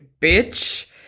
bitch